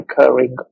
recurring